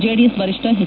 JDS ವರಿಷ್ಠ H